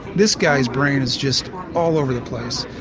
this guy's brain is just all over the place.